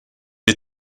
est